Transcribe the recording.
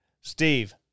Steve